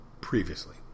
previously